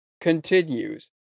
continues